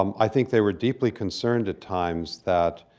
um i think they were deeply concerned at times that